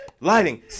lighting